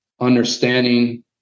understanding